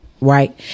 Right